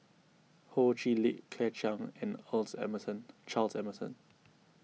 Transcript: Ho Chee Lick Claire Chiang and Emmerson Charles Emmerson